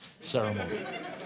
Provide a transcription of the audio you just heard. ceremony